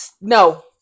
no